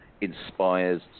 inspires